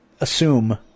assume